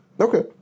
Okay